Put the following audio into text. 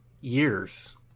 years